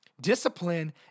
Discipline